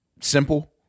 Simple